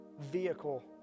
vehicle